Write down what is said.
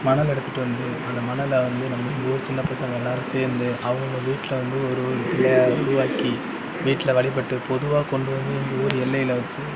மணல் எடுத்துட்டு வந்து அந்த மணலை வந்து நம்ம ஊர் சின்னப்பசங்க எல்லோரும் சேர்ந்து அவுங்கவங்க வீட்டில் வந்து ஒரு ஒரு பிள்ளையாரை உருவாக்கி வீட்டில் வழிபட்டு பொதுவாக கொண்டு வந்து எங்கள் ஊர் எல்லையில் வச்சு